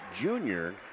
junior